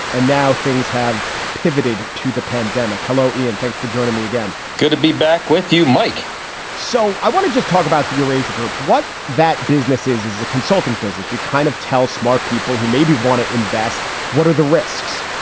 and now things have pivoted to the pandemic. hello, ian. thanks for joining me again good to be back with you, mike so i want to just talk about the eurasia group. what that business is, is a consulting business. you kind of tell smart people who maybe want to invest. what are the risks?